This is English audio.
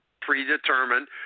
predetermined